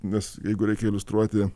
nes jeigu reikia iliustruoti